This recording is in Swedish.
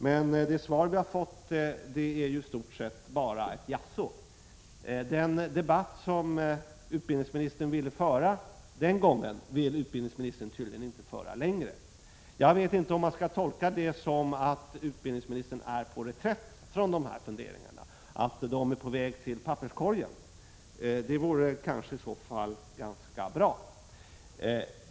Men det svar vi har fått är i stort sett bara ett jaså. Den debatt som utbildningsministern ville föra den gången vill utbildningsministern tydligen inte föra längre. Jag vet inte om man skall tolka det som att utbildningsministern är på reträtt från de här funderingarna, att de är på väg till papperskorgen. Det vore i så fall ganska bra.